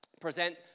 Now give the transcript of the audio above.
present